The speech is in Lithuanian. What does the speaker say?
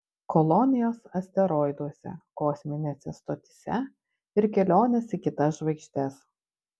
kolonijos asteroiduose kosminėse stotyse ir kelionės į kitas žvaigždes